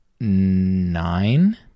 nine